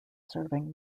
serving